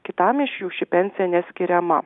kitam iš jų ši pensija neskiriama